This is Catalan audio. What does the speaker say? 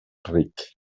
ric